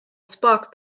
sparked